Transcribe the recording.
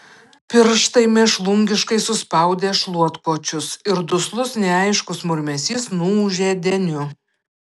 pirštai mėšlungiškai suspaudė šluotkočius ir duslus neaiškus murmesys nuūžė deniu